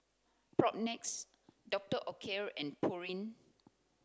Propnex Doctor Oetker and Pureen